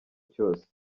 cyose